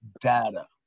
data